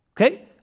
okay